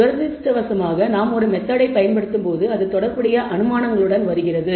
துரதிர்ஷ்டவசமாக நாம் ஒரு மெத்தெட்டை பயன்படுத்தும் போது அது தொடர்புடைய அனுமானங்களுடன் வருகிறது